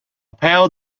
pale